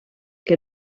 que